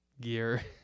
gear